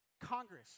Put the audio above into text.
Congress